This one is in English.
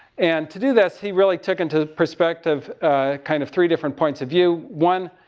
and, to do this, he really took into perspective kind of, three different points of view. one,